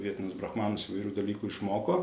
vietinius brahmanus įvairių dalykų išmoko